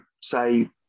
say